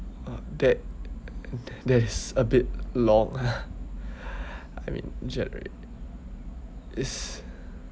uh that that that is a bit long ah I mean generally it's